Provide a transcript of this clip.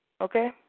Okay